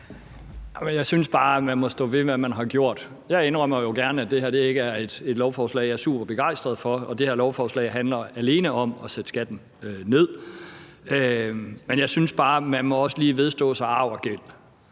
Jeg synes bare, man må stå ved, hvad man har gjort. Jeg indrømmer jo gerne, at det her ikke er et lovforslag, jeg er superbegejstret for. Det her lovforslag handler alene om at sætte skatten ned. Men jeg synes bare, at man også lige må vedstå sig arv og gæld.